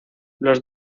los